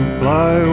fly